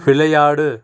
விளையாடு